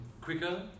Quicker